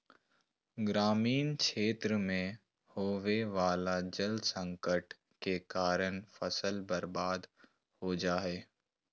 ग्रामीण क्षेत्र मे होवे वला जल संकट के कारण फसल बर्बाद हो जा हय